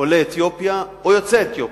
עולי אתיופיה או יוצאי אתיופיה,